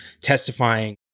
testifying